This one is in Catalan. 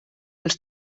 els